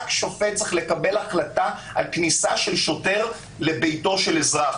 רק שופט צריך לקבל החלטה על כניסה של שוטר לביתו של אזרח.